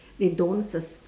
they don't sus~